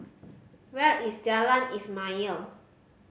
where is Jalan Ismail